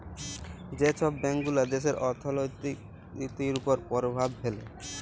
যে ছব ব্যাংকগুলা দ্যাশের অথ্থলিতির উপর পরভাব ফেলে